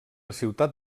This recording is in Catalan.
ciutat